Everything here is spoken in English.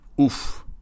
Oof